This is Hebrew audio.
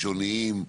הראשוניים.